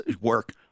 work